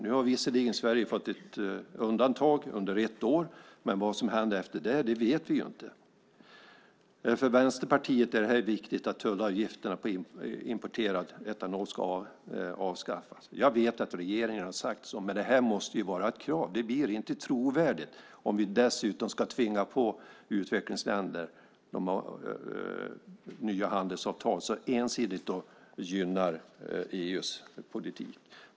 Nu har Sverige visserligen fått ett undantag under ett år, men vad som händer därefter vet vi inte. För Vänsterpartiet är det viktigt att tullavgifterna på importerad etanol avskaffas. Jag vet att regeringen har sagt så, men det måste vara ett krav. Det blir inte trovärdigt om vi dessutom ska tvinga på utvecklingsländer nya handelsavtal som ensidigt gynnar EU:s politik.